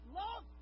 love